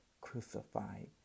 crucified